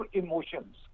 emotions